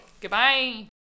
Goodbye